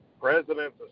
presidents